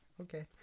Okay